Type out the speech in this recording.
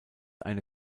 eine